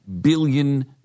billion